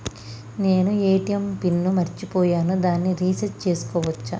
నేను ATM PIN ని మరచిపోయాను దాన్ని రీ సెట్ చేసుకోవచ్చా?